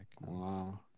Wow